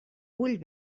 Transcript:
vull